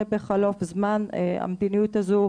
בחלוף זמן המדיניות הזאת,